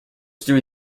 through